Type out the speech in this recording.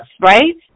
right